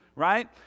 right